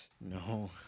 no